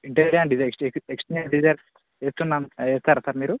interior design ఏ ex exterior design ఇస్తున్నా ఇస్తారా సార్ మీరు